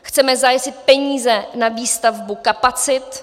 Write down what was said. Chceme zajistit peníze na výstavbu kapacit.